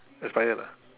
expired ah